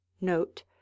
Note